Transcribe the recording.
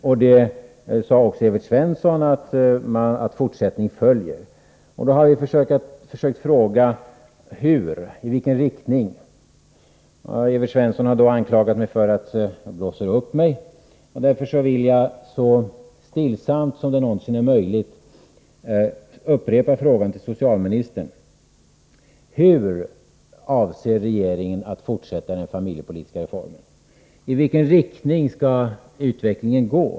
Också Evert Svensson sade att fortsättning skall följa. Därför har vi frågat: Hur? I vilken riktning? Evert Svensson har då anklagat mig för att blåsa upp mig. Därför vill jag så stillsamt som det någonsin är möjligt upprepa frågan till socialministern. Hur avser regeringen att fortsätta den familjepolitiska reformen? I vilken riktning skall utvecklingen gå?